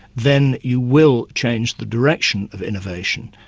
then you will change the direction of innovation,